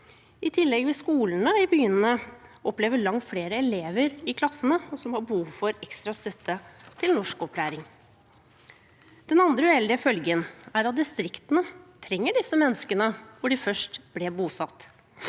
I tillegg vil skolene i byene oppleve langt flere elever i klassene, elever som har behov for ekstra støtte til norskopplæring. Den andre uheldige følgen er at distriktene trenger disse menneskene der de først ble bosatt.